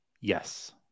Yes